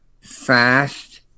fast